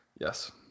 Yes